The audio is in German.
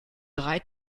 drei